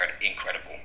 incredible